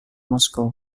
moscow